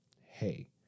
hey